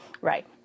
right